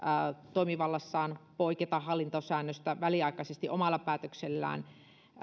toimivallassaan poiketa hallintosäännöstä väliaikaisesti omalla päätöksellään